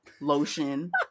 lotion